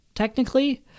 Technically